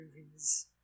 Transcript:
movies